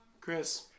Chris